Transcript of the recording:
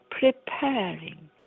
preparing